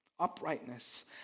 uprightness